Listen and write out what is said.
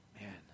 man